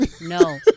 No